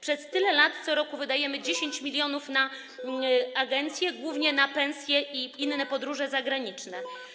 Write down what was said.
Przez tyle lat co roku wydajemy 10 mln na agencję, głównie na pensje i podróże zagraniczne.